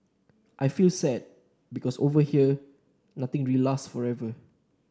I feel sad because over here nothing really lasts forever